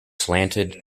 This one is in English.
slanted